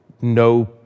no